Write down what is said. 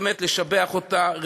באמת, לשבח אותה.